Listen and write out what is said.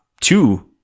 two